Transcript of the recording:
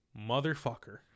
Motherfucker